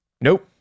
nope